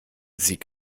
sie